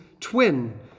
twin